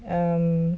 um